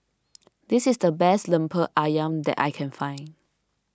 this is the best Lemper Ayam that I can find